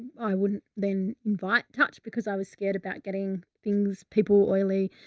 i wouldn't then invite touch because i was scared about getting things, people oily,